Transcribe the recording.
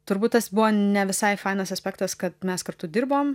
turbūt tas buvo ne visai fainas aspektas kad mes kartu dirbom